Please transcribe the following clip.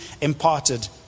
imparted